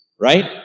right